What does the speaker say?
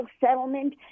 settlement